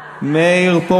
כי הרב אמר לה.